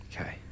Okay